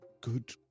good